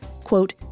quote